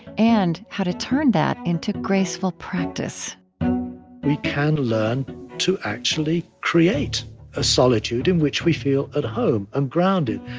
and how to turn that into graceful practice we can learn to actually create a solitude in which we feel at home and grounded.